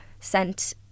sent